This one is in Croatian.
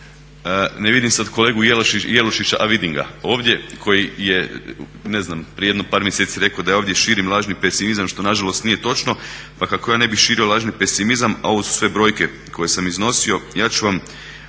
Ne vidim sad kolegu Jelušića, a vidim ga ovdje, koji je prije jedno par mjeseci rekao da ja ovdje širim lažni pesimizam što nažalost nije točno, pa kako ja ne bih širio lažni pesimizam, a ovo su sve brojke koje sam iznosio,